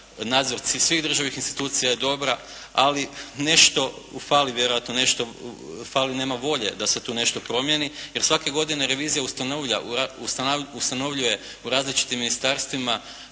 nadzor svih državnih institucija je dobra, ali nešto fali vjerojatno, nešto fali, nema volje da se tu nešto promijeni jer svake godine revizija ustanovljuje u različitim ministarstvima,